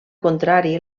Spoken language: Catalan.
contrari